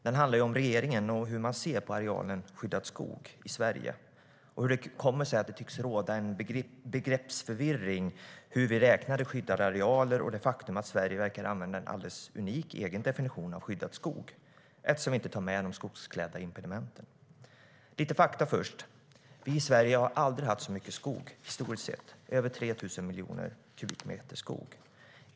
Den handlar om hur regeringen ser på arealen skyddad skog i Sverige och om hur det kommer sig att det tycks råda en begreppsförvirring kring hur vi räknar skyddade arealer - det vill säga det faktum att Sverige verkar använda en alldeles unik, egen definition av vad som är skyddad skog, eftersom vi inte tar med de skogsklädda impedimenten. Lite fakta först: Vi i Sverige har historiskt sett aldrig haft så mycket skog. Vi har över 3 000 miljoner kubikmeter skog.